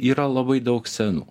yra labai daug senų